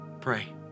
pray